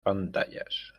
pantallas